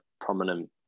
prominent